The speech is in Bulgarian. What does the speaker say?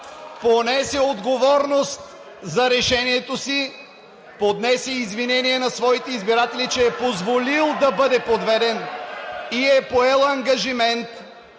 понесе отговорност за решението си, поднесе извинение на своите избиратели (шум и реплики), че е позволил да бъде подведен, и е поел ангажимент